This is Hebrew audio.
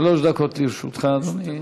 שלוש דקות לרשותך, אדוני.